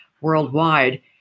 worldwide